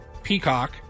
Peacock